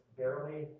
barely